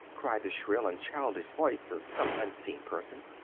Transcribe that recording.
cried the shrill and childish voice of some unseen person.